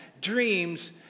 dreams